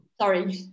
Sorry